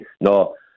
No